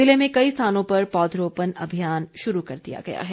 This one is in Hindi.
ज़िले में कई स्थानों पर पौधरोपण अभियान शुरू कर दिया गया है